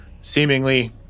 seemingly